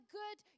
good